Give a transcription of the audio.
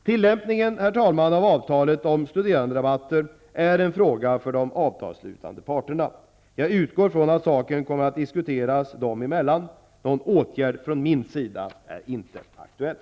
Tillämpningen av avtalet om studeranderabatter är en fråga för de avtalsslutande parterna. Jag utgår från att saken kommer att diskuteras dem emellan. Någon åtgärd från min sida är inte aktuell.